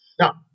Now